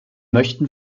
möchten